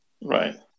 Right